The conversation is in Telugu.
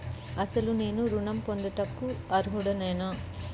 అసలు నేను ఋణం పొందుటకు అర్హుడనేన?